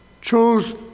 chose